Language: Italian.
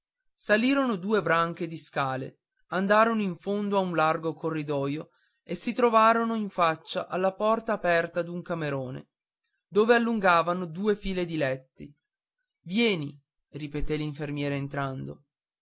salirono due branche di scale andarono in fondo a un largo corridoio e si trovarono in faccia alla porta aperta d'un camerone dove s'allungavano due file di letti vieni ripeté l'infermiere entrando